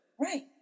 right